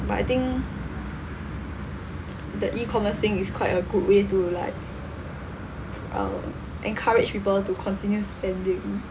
but I think the e-commerce thing is quite a good way to like um encourage people to continue spending